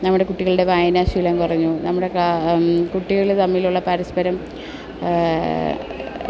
നമ്മുടെ കുട്ടികളുടെ വായനാശീലം കുറഞ്ഞു നമ്മുടെ കുട്ടികൾ തമ്മിലുള്ള പരസ്പരം